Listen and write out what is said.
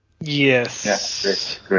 Yes